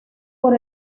por